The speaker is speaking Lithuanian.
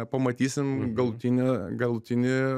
pamatysim galutinį galutinį